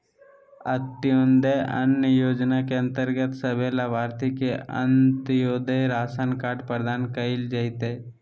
अंत्योदय अन्न योजना के अंतर्गत सभे लाभार्थि के अंत्योदय राशन कार्ड प्रदान कइल जयतै